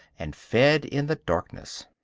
and fed in the darkness.